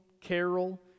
Carol